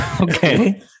Okay